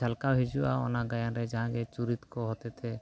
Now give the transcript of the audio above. ᱡᱷᱟᱞᱠᱟᱣ ᱦᱤᱡᱩᱜᱼᱟ ᱚᱱᱟ ᱜᱟᱭᱟᱱᱨᱮ ᱡᱟᱦᱟᱸ ᱜᱮ ᱪᱩᱨᱤᱛ ᱠᱚ ᱦᱚᱛᱮᱛᱮ